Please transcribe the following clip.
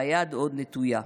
והיד עוד נטויה.